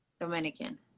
Dominican